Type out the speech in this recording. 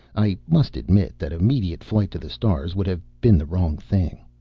i must admit that immediate flight to the stars would have been the wrong thing.